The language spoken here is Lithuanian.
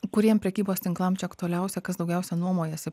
kuriem prekybos tinklam čia aktualiausia kas daugiausia nuomojasi